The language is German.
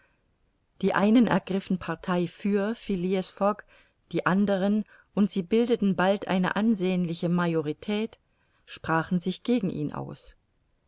die einen ergriffen partei für phileas fogg die anderen und sie bildeten bald eine ansehnliche majorität sprachen sich gegen ihn aus